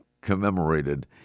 commemorated